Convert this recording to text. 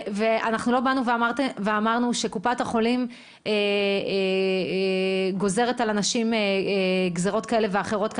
אנחנו לא באנו ואמרנו שקופת החולים גוזרת על אנשים גזרות כאלה ואחרות,